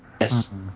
Yes